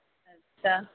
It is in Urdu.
اچھا